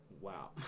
Wow